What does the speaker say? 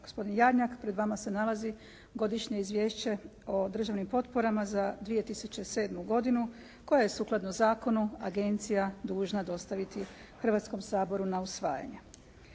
gospodin Jarnjak, pred vama se nalazi Godišnje izviješće o državnim potporama za 2007. godinu koje je sukladno zakonu agencija dužna dostaviti Hrvatskom saboru na usvajanje.